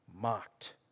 mocked